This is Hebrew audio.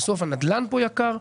בסוף הנדל"ן פה יקר,